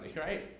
right